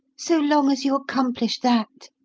so long as you accomplish that.